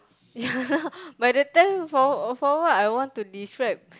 yeah lah by the time for for what I want to describe